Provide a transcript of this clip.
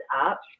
up